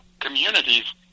communities